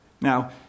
Now